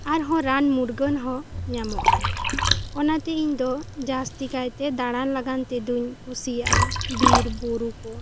ᱟᱨ ᱦᱚᱸ ᱨᱟᱱ ᱢᱩᱨᱜᱟᱹᱱ ᱦᱚᱸ ᱧᱟᱢᱚᱜᱼᱟ ᱚᱱᱟ ᱛᱮ ᱤᱧᱫᱚ ᱡᱟᱹᱥᱛᱤ ᱠᱟᱭ ᱛᱮ ᱫᱟᱬᱟᱱ ᱞᱟᱜᱟᱱ ᱛᱮᱫᱚᱧ ᱠᱩᱥᱤᱭᱟᱜᱼᱟ ᱵᱤᱨ ᱵᱩᱨᱩ ᱠᱚ